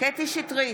קטי קטרין שטרית,